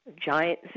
giant